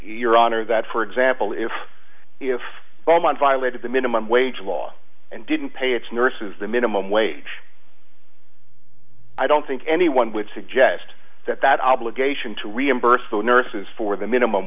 your honor that for example if if all my violated the minimum wage law and didn't pay its nurses the minimum wage i don't think anyone would suggest that that obligation to reimburse the nurses for the minimum